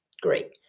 Great